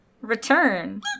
return